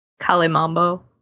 Kalimambo